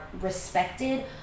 respected